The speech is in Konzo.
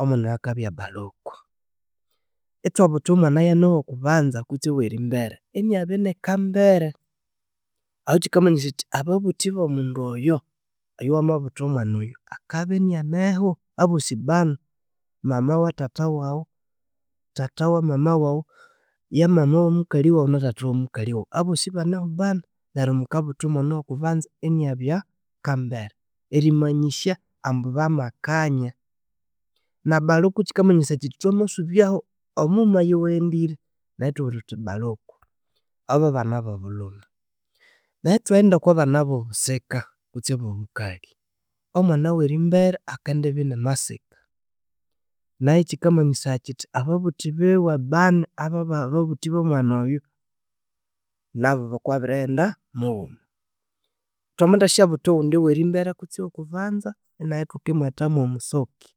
Omwana oyo akabya Baluku, ithwabutha omwana yane owokubanza kutse owerimbere, inabya ini kambere, ahu kyikamanyisaya kyithi ababuthi bomundu oyo oyuwamabutha omwana oyu akabya inaneho abosi bani, mama wa thatha wawu, thatha wa mama wawu, yamama wa mukalhi wawu, nathatha wa mukalhi wawu, abosi ibanehu bani. Neryu mukabutha omwana wokubanza inabya kambere erimanyisya ambu bamakanya. Nabaluku kyikamanyisaya kyithi ithwamasubyahu omughuma oyuwaghendire, neru ithwabugha thuthi baluku. Abu babana bobulhume. Nethwaghenda okobana bobusika kwetsi abobukalhi. Omwana werimbere, akindibya inimasika nayu ikyikamanyisaya kyithi ababuthi biwe bani ababababuthi bomwana oyu nabu babiri kwabighenda mughuma. Thwamathasyabutha owundi werimbere kutsi owokubanza nayi ithukimwethamu musoki